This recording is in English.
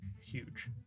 huge